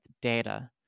data